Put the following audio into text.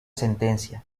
sentencia